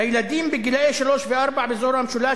לילדים בגיל שלוש וארבע באזור המשולש,